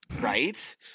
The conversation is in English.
right